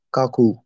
Kaku